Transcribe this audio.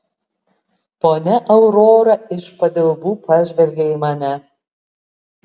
ponia aurora iš padilbų pažvelgė į mane